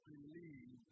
believe